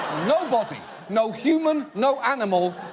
nobody. no human. no animal.